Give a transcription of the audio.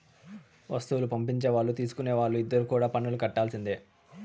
వస్తువులు పంపించే వాళ్ళు తీసుకునే వాళ్ళు ఇద్దరు కూడా పన్నులు కట్టాల్సిందే